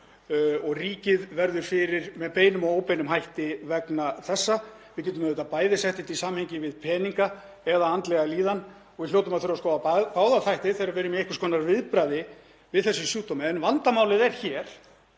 og ríkið verða fyrir með beinum og óbeinum hætti vegna þessa. Við getum auðvitað bæði sett þetta í samhengi við peninga og andlega líðan og við hljótum að þurfa að skoða báða þætti þegar við erum í einhvers konar viðbragði við þessum sjúkdómi. En vandamálið er að